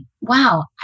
Wow